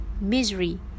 misery